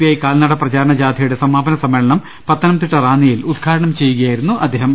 I കാൽനട പ്രചാരണ ജാഥയുടെ സമാപന സമ്മേളനം പത്തനംതിട്ട റാന്നിയിൽ ഉദ്ഘാ ടനം ചെയ്യുകയായിരുന്നു അദ്ദേഹം